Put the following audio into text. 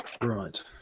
Right